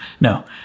No